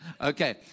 Okay